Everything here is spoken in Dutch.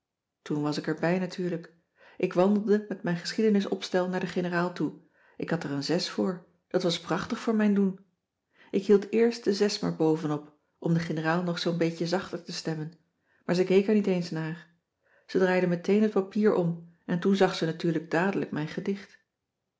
toen was ik erbij natuurlijk ik wandelde met mijn geschiedenisopstel naar de generaal toe ik had er een zes voor dat was prachtig voor mijn doen ik hield eerst de zes maar bovenop om de generaal nog zoo'n beetje zachter te stemmen maar ze keek er niet eens naar ze draaide meteen het papier om en toen zag ze natuurlijk dadelijk mijn gedicht